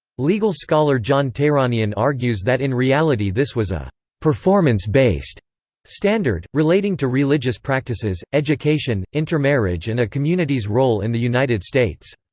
legal scholar john tehranian argues that in reality this was a performance-based standard, relating to religious practices, education, intermarriage and a community's role in the united states.